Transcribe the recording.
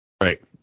right